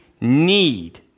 need